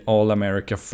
All-America